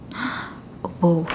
oh